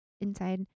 inside